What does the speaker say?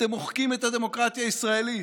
אתם מוחקים את הדמוקרטיה הישראלית.